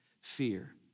fear